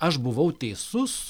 aš buvau teisus